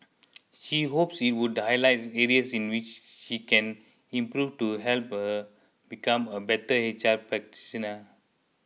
she hopes it would highlight areas in which she can improve to help her become a better H R practitioner